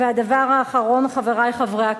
והדבר האחרון, חברי חברי הכנסת,